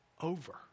over